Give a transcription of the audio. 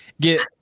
get